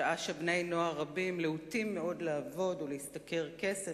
שעה שבני-נוער רבים להוטים מאוד לעבוד ולהשתכר כסף